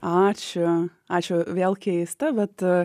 ačiū ačiū vėl keista bet